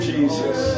Jesus